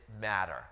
matter